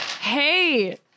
Hey